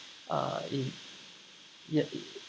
uh in y~